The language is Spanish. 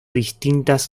distintas